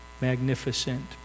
magnificent